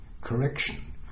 correction